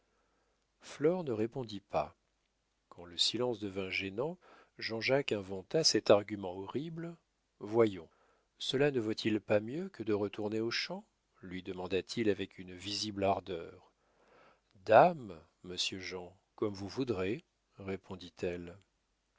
ne répondit pas quand le silence devint gênant jean-jacques inventa cet argument horrible voyons cela ne vaut-il pas mieux que de retourner aux champs lui demanda-t-il avec une visible ardeur dame monsieur jean comme vous voudrez répondit-elle